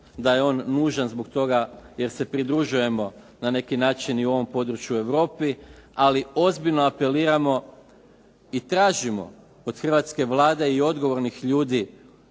da je on nužan zbog toga jer se pridružujemo na neki način i u ovom području Europi, ali ozbiljno apeliramo i tražimo od hrvatske Vlade i odgovornih ljudi